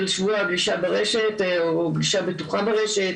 שבוע הגלישה ברשת או שבוע הגלישה הבטוחה ברשת